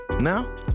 Now